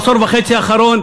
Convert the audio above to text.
עשור וחצי האחרון,